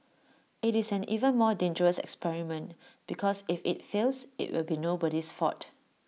IT is an even more dangerous experiment because if IT fails IT will be nobody's fault